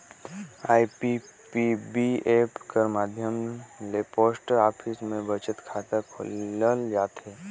IPPB app कर माध्यम ले पोस्ट ऑफिस में बचत खाता खोलल जाथे